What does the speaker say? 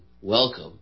welcome